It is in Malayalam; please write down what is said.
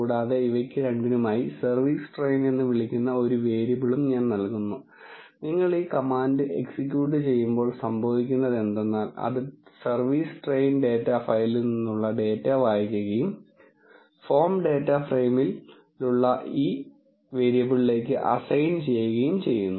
കൂടാതെ ഇവക്ക് രണ്ടിനുമായി സർവിസ് ട്രെയിൻ എന്ന് വിളിക്കുന്ന ഒരു വേരിയബിളും ഞാൻ നൽകുന്നു നിങ്ങൾ ഈ കമാൻഡ് എക്സിക്യൂട്ട് ചെയ്യുമ്പോൾ സംഭവിക്കുന്നതെന്തെന്നാൽ അത് സർവീസ് ട്രെയിൻ ഡാറ്റാ ഫയലിൽ നിന്നുള്ള ഡാറ്റ വായിക്കുകയും ഫോം ഡാറ്റ ഫ്രെയിമിലുള്ള ഈ വേരിയബിളിലേക്ക് അസൈൻ ചെയ്യുകയും ചെയ്യുന്നു